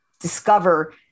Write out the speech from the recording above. discover